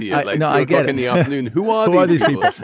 yeah like you know i get in the afternoon. who ah who are these people.